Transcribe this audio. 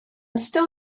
still